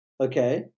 Okay